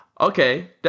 okay